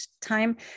time